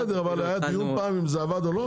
בסדר, אבל היה דיון פעם אם זה עבד או לא?